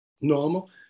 normal